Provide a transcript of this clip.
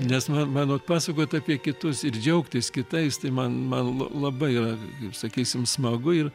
nes man man uot pasakojot apie kitus ir džiaugtis kitais tai man man la labai yra sakysim smagu ir